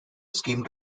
scheme